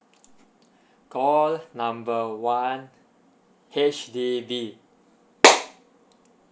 call number one H_D_B